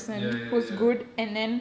ya ya ya